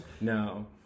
No